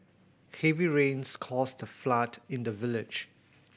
heavy rains caused a flood in the village